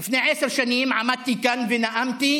לפני עשר שנים עמדתי כאן ונאמתי,